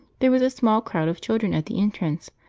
there was a small crowd of children at the entrance,